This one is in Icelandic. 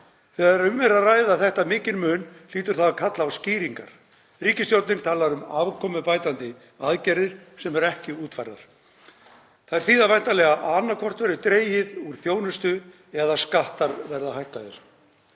Þegar um er að ræða þetta mikinn mun hlýtur það að kalla á skýringar. Ríkisstjórnin talar um afkomubætandi aðgerðir sem eru ekki útfærðar. Þær þýða væntanlega að annaðhvort verði dregið úr þjónustu eða skattar hækkaðir.